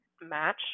match